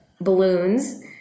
balloons